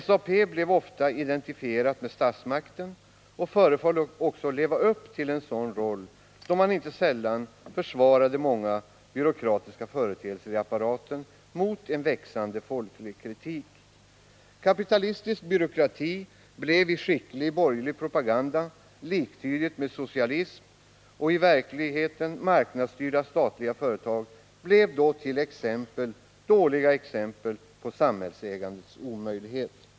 SAP blev ofta identifierat med statsmakten och föreföll också leva upp till en sådan roll, då man inte sällan försvarade många byråkratiska företeelser i apparaten mot en växande folklig kritik. Kapitalistisk byråkrati blev i skicklig borgerlig propaganda liktydigt med socialism, och i verkligheten marknadsstyrda statliga företag blev då exempel på samhällsägandets omöjlighet.